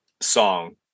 song